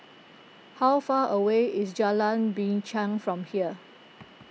how far away is Jalan Binchang from here